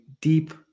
deep